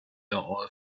all